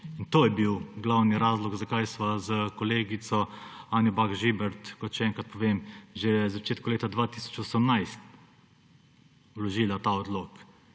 to je bil glavni razlog, zakaj sva s kolegico Anjo Bah Žibert – naj še enkrat povem – že na začetku leta 2018 vložila ta odlok.